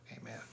Amen